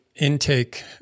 intake